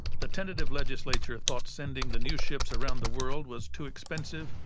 the tentative legislature thought sending the new ships around the world was too expensive,